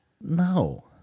No